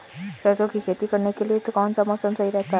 सरसों की खेती करने के लिए कौनसा मौसम सही रहता है?